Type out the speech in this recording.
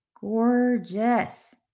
gorgeous